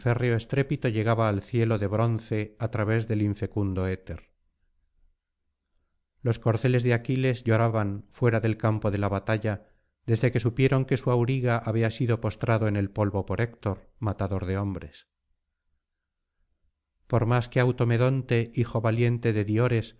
estrépito llegaba al cielo de bronce á través del infecundo éter los corceles de aquiles lloraban fuera del campo de la batalla desde que supieron que su auriga había sido postrado en el polvo por héctor matador de hombres por más que automedonte hijo valiente de diores los